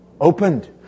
Opened